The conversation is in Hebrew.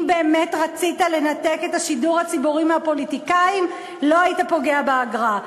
אם באמת רצית לנתק את השידור הציבורי מהפוליטיקאים לא היית פוגע באגרה.